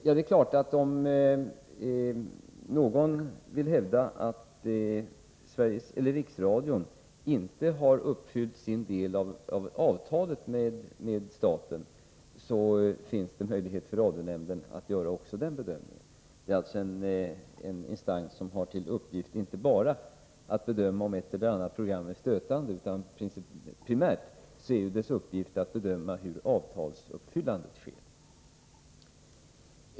Ja, det är klart att om någon vill hävda att Riksradion inte har uppfyllt sin del av avtalet med staten, så finns det möjlighet för radionämnden att göra också den bedömningen. Det är alltså en instans som har till uppgift inte bara att bedöma om ett eller annat program är stötande, utan primärt är dess uppgift att bedöma hur avtalsuppfyllandet sker.